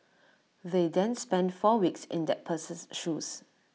they then spend four weeks in that person's shoes